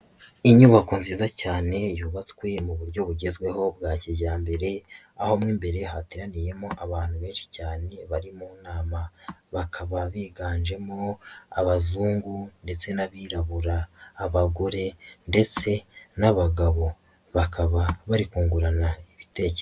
Inyubako nziza cyane yubatswe mu buryo bugezweho bwa kijyambere, aho mo imbere hateraniyemo abantu benshi cyane bari mu nama, bakaba biganjemo abazungu ndetse n'abirabura, abagore ndetse n'abagabo, bakaba bari kungurana ibitekerezo.